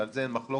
ועל זה אין מחלוקת.